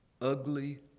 ugly